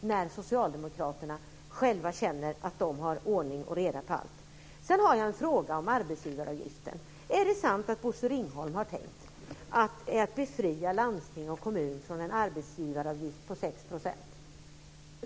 när nu Socialdemokraterna själva känner att de har ordning och reda på allt? Sedan har jag en fråga om arbetsgivaravgiften. Är det sant att Bosse Ringholm har tänkt sig att befria landsting och kommuner från en arbetsgivaravgift på 6 %?